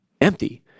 empty